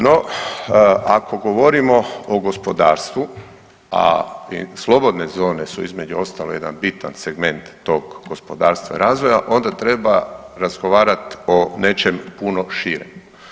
No, ako govorimo o gospodarstvu, a slobodne zone su između ostalog, jedan bitan segment tog gospodarstva i razvoja, onda treba razgovarati o nečem puno širem.